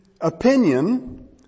opinion